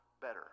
better